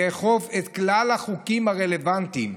חייבים לאכוף את כלל החוקים הרלוונטיים,